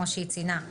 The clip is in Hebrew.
כמו שהיא ציינה,